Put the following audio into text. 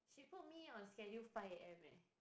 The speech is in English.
she put me on schedule five a_m leh